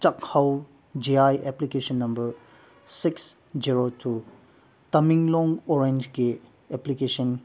ꯆꯥꯛꯍꯥꯎ G I application number six zero two Tamenglong ꯑꯣꯔꯦꯟꯁꯀꯤ application